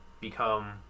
become